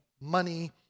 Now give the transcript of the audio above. money